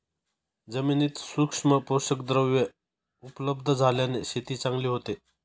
जमिनीत सूक्ष्म पोषकद्रव्ये उपलब्ध झाल्याने शेती चांगली होते